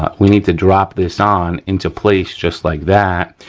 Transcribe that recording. ah we need to drop this on into place just like that.